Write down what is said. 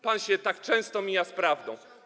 Pan się tak często mija z prawdą.